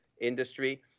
industry